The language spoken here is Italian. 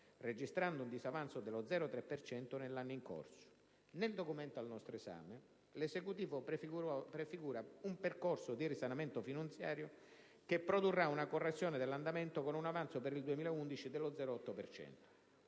registrando un disavanzo dello 0,3 per cento nell'anno in corso. Nel documento al nostro esame, l'Esecutivo prefigura un percorso di risanamento finanziario che produrrà una correzione dell'andamento con un avanzo per il 2011 dello 0,8